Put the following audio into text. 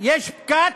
כשיש פקק